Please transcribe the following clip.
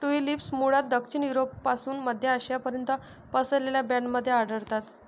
tulips मूळतः दक्षिण युरोपपासून मध्य आशियापर्यंत पसरलेल्या बँडमध्ये आढळतात